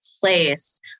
place